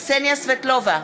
קסניה סבטלובה,